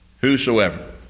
Whosoever